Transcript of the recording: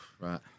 right